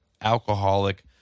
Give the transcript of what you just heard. alcoholic